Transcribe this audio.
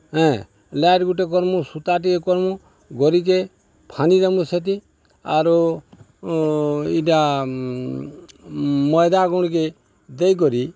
ହେଁ ଲାଏଟ୍ ଗୁଟେ କର୍ମୁ ସୂତା ଟିକେ କର୍ମୁ ଗରିକେ ଫାନ୍ଦିଦେମୁ ସେଥି ଆରୁ ଇଟା ମଇଦା ଗୁଣ୍କେ ଦେଇକରି